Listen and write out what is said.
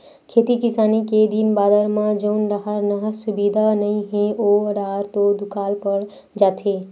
खेती किसानी के दिन बादर म जउन डाहर नहर सुबिधा नइ हे ओ डाहर तो दुकाल पड़ जाथे